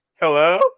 Hello